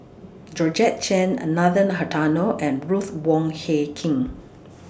Georgette Chen Are Nathan Hartono and Ruth Wong Hie King